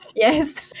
Yes